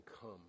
come